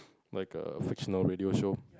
like a fictional radio show